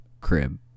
crib